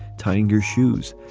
tying your shoes,